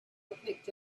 picked